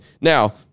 Now